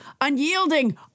unyielding